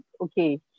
okay